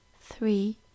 three